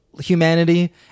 humanity